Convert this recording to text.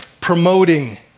promoting